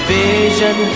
vision